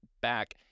back